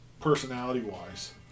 personality-wise